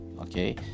okay